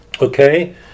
Okay